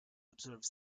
observes